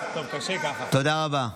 תודה רבה.